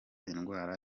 indwara